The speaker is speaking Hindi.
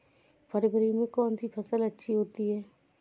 फरवरी में कौन सी फ़सल अच्छी होती है?